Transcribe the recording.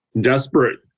Desperate